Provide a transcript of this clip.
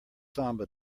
samba